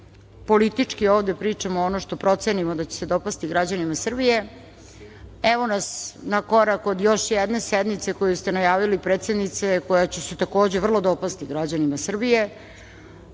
politički ovde pričamo ono što procenimo da će se dopasti građanima Srbije. Evo nas na korak od još jedne sednice koju ste najavili, predsednice, koja će se takođe vrlo dopasti građanima Srbije.